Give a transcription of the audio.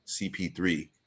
CP3